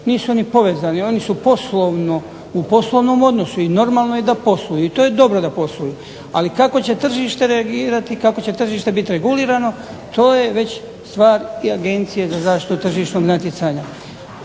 Nisu oni povezani, oni su poslovno, u poslovnom odnosu, i normalno je da posluju, i to je dobro da posluju. Ali kako će tržište reagirati, kako će tržište biti regulirano, to je već stvar i Agencije za zaštitu tržišnog natjecanja.